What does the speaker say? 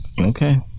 Okay